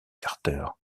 carter